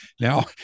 now